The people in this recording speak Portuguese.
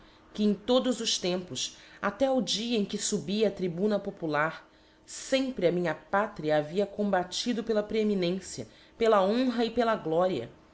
que em todos os tempos até ao dia em que fubi á tribuna popular fempre a minha pátria havia combatido pela preeminência pela honra e pela gloria